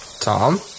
Tom